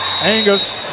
Angus